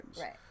Right